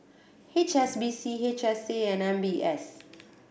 H S B C H S A and M B S